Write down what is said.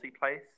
place